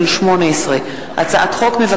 פ/2916/18 וכלה בהצעת חוק פ/2938/18,